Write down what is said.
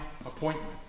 appointment